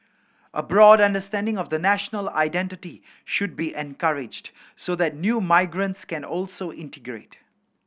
a broad understanding of the national identity should be encouraged so that new migrants can also integrate